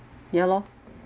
ya lor